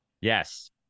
Yes